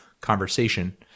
conversation